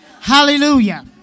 Hallelujah